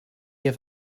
have